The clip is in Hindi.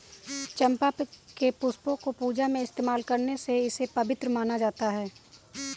चंपा के पुष्पों को पूजा में इस्तेमाल करने से इसे पवित्र माना जाता